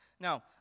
Now